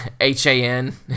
H-A-N